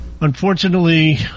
Unfortunately